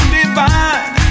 divine